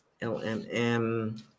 L-M-M